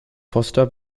foster